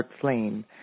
flame